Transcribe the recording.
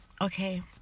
Okay